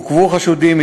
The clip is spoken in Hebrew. עוכבו חשודים,